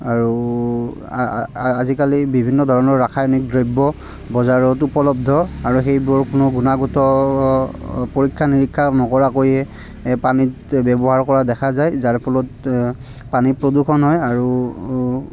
আৰু আজিকালি বিভিন্ন ধৰণৰ ৰাসায়নিক দ্ৰব্য বজাৰত উপলব্ধ আৰু সেইবোৰৰ কোনো গুণাগত পৰীক্ষা নিৰীক্ষা নকৰাকৈয়ে পানীত ব্যৱহাৰ কৰা দেখা যায় যাৰ ফলত পানীত প্ৰদূষণ হয় আৰু